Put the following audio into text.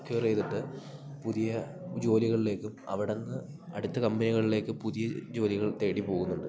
acquire ചെയ്തിട്ട് പുതിയ ജോലികളിലേക്കും അവിടുന്ന് അടുത്ത കമ്പനികളിലേക്ക് പുതിയ ജോലികൾ തേടി പോകുന്നുണ്ട്